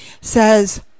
says